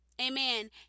amen